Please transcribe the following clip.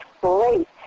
great